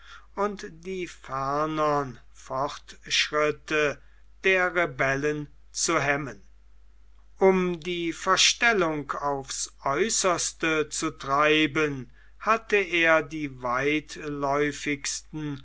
und die fernern fortschritte der rebellen zu hemmen um die verstellung aufs äußerste zu treiben hatte er die